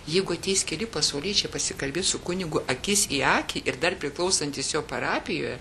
jeigu ateis keli pasauliečiai pasikalbės su kunigu akis į akį ir dar priklausantys jo parapijoje